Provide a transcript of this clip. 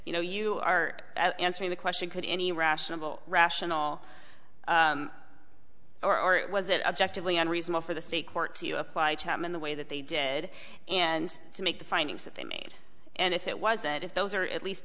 you know you are answering the question could any rational rational or was it objectively unreasonable for the state court to apply chapman the way that they did and to make the findings that they made and if it was and if those are at least